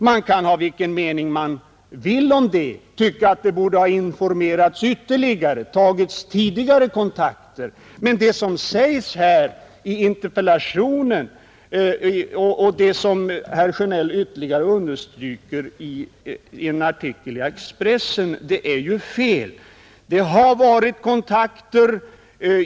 Man kan ha vilken mening man vill om denna fråga, tycka att det borde ha informerats ytterligare, tagits tidigare kontakter, men det som sägs här i interpellationen och det som herr Sjönell ytterligare understryker i en artikel i Expressen är felaktigt. Det har förekommit kontakter.